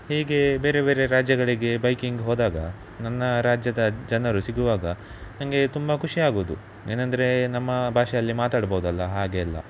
ಹೀಗೆ ಬೇರೆ ಬೇರೆ ರಾಜ್ಯಗಳಿಗೆ ಬೈಕಿಂಗ್ ಹೋದಾಗ ನನ್ನ ರಾಜ್ಯದ ಜನರು ಸಿಗುವಾಗ ನನಗೆ ತುಂಬ ಖುಷಿಯಾಗುದು ಏನಂದ್ರೆ ನಮ್ಮ ಭಾಷೆಯಲ್ಲಿ ಮಾತಾಡ್ಬೌದಲ್ಲ ಹಾಗೆಲ್ಲ